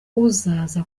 uzaza